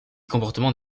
comportements